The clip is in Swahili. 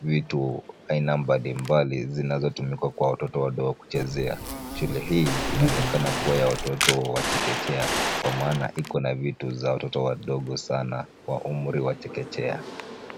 vitu aina mbalimbali zinazotumika kwa watoto wadogo kuchezea. Shule hii inaonekana kuwa ya watoto wa chekechea kwa maana iko na vitu za watoto wadogo sana wa umri wa chekechea.